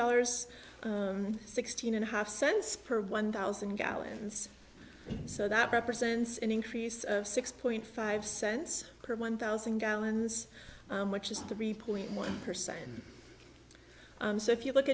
dollars sixteen and a half cents per one thousand gallons so that represents an increase of six point five cents per one thousand gallons which is three point one percent so if you look